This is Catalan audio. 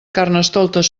carnestoltes